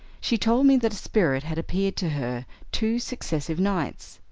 she told me that a spirit had appeared to her two successive nights.